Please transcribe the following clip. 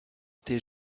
été